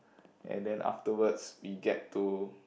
and then afterwards we get to